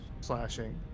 slashing